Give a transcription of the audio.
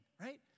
right